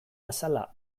azala